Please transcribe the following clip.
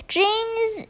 Dreams